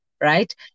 right